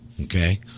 okay